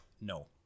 No